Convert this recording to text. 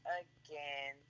again